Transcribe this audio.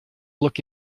look